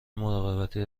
مراقبتی